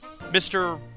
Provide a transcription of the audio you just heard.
Mr